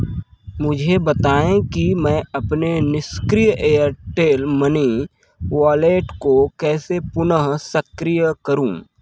मुझे बताएँ कि मैं अपने निष्क्रिय एयरटेल मनी वॉलेट को कैसे पुनः सक्रिय करूँ